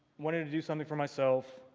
wanted to do something for myself,